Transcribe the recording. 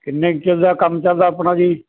ਕਿੰਨੇ ਕੁ ਚਿਰ ਦਾ ਕੰਮ ਚਲਦਾ ਆਪਣਾ ਜੀ